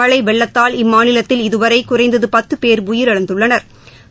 மழை வெள்ளத்தால் இம்மாநிலத்தில் இதுவரை குறைந்தது பத்து பேர் உயிரிழந்துள்ளனா்